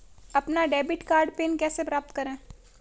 अपना debit card pin कैसे प्राप्त करें?